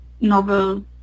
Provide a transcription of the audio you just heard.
novel